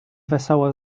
wesoło